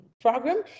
program